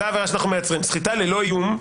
סחיטה ללא איומים.